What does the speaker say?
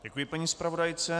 Děkuji paní zpravodajce.